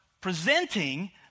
presenting